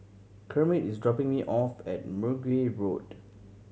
Kermit is dropping me off at Mergui Road